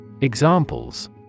Examples